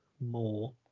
More